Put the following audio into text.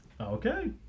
Okay